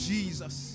Jesus